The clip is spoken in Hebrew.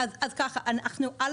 אז ככה: קודם כל,